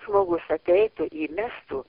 žmogus ateitų įmestų